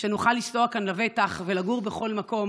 שנוכל לנסוע כאן לבטח ולגור בכל מקום